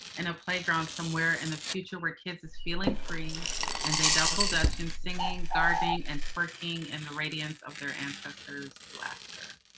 in a playground somewhere in the future, where kids is feeling free and they are double dutching, singing, gardening, and twerking, and the radiance of their ancestors laughter.